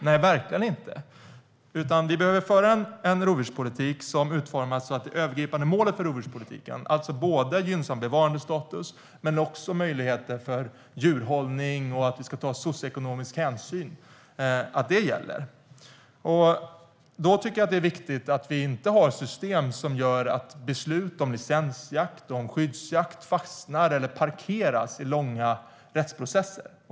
Nej, verkligen inte. Vi behöver föra en rovdjurspolitik som utformas så att de övergripande målen för rovdjurspolitiken gäller, alltså gynnsam bevarandestatus, möjligheten till djurhållning och att det ska tas socioekonomiska hänsyn. Då tycker jag att det är viktigt att vi inte har ett system som gör att beslut om licensjakt och skyddsjakt fastnar eller parkeras i långa rättsprocesser.